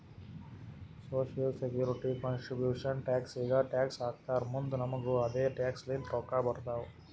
social security contribution tax ಈಗ tax ಹಾಕ್ತಾರ್ ಮುಂದ್ ನಮುಗು ಅದೆ ಟ್ಯಾಕ್ಸ್ ಲಿಂತ ರೊಕ್ಕಾ ಬರ್ತಾವ್